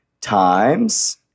times